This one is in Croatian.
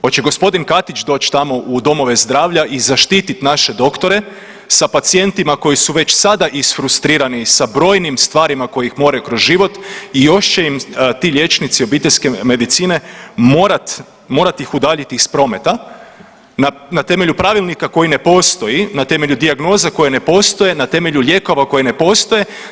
Hoće gospodin Katić doći tamo u domove zdravlja i zaštiti naše doktore sa pacijentima koji su već sad isfrustrirani sa brojnim stvarima koje ih more kroz život i još će im ti liječnici obiteljske medicine morat, morat ih udaljiti iz prometa na temelju pravilnika koji ne postoji, na temelju dijagnoza koje ne postoje, na temelju lijekova koji lijekova koji ne postoje.